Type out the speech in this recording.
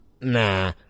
nah